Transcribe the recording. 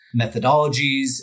methodologies